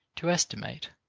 to estimate.